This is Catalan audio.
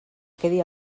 quedi